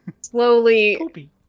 slowly